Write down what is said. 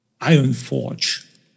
Ironforge